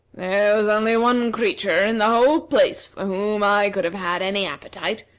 there was only one creature in the whole place for whom i could have had any appetite,